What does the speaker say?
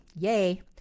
Yay